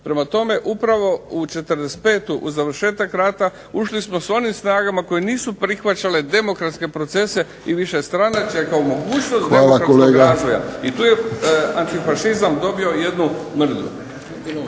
Prema tome, upravo u '45. u završetak rata ušli smo sa onim snagama koje nisu prihvaćale demokratske procese i višestranačje kao mogućnost demokratskog razvoja. I tu je antifašizam dobio jednu mrlju.